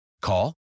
Call